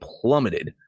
plummeted